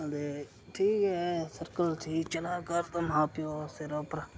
ते ठीक ऐ सर्कल ठीक चला दा घर दा मां प्यौ दे सिरा उप्पर